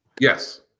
Yes